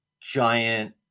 giant